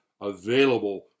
available